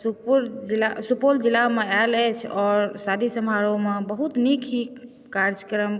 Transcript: सुपौल जिलामे आएल अछि आओर शादी समारोहमे बहुत नीक ही कार्यक्रम